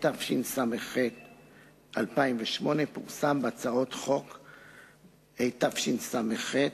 התשס"ח 2008, פורסם בהצעות חוק התשס"ח,